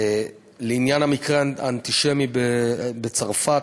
לעניין המקרה האנטישמי בצרפת,